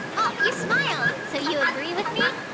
oh! you smiled! so you agree with me!